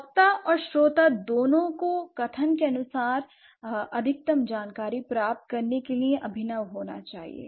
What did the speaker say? वक्ता और श्रोता दोनों को कथन के अनुसार अधिकतम जानकारी प्राप्त करने के लिए अभिनव होना चाहिए